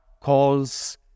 calls